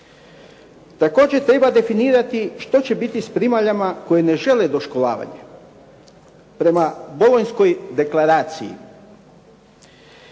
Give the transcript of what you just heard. Također, treba definirati što će biti s primaljama koje ne žele doškolavanje. Prema Bolonjskoj deklaraciji